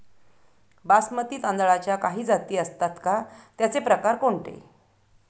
बासमती तांदळाच्या काही जाती असतात का, त्याचे प्रकार कोणते?